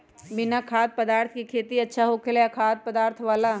बिना खाद्य पदार्थ के खेती अच्छा होखेला या खाद्य पदार्थ वाला?